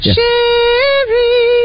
Cherry